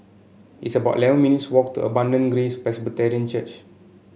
it's about eleven minutes' walk to Abundant Grace Presbyterian Church